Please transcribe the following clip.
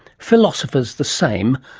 philosophers the same,